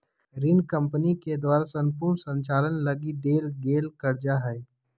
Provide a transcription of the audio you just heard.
ऋण कम्पनी के द्वारा सम्पूर्ण संचालन लगी देल गेल कर्जा हइ